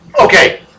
Okay